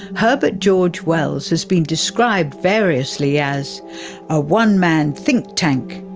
herbert george wells has been described variously as a one-man think tank,